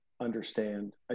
understand